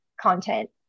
content